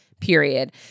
Period